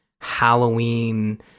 halloween